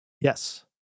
Yes